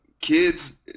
kids